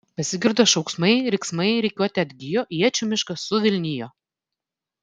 pasigirdo šauksmai riksmai rikiuotė atgijo iečių miškas suvilnijo